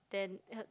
then uh